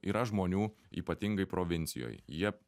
yra žmonių ypatingai provincijoj jie